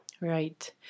Right